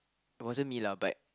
wasn't me lah but